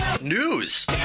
News